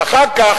ואחר כך,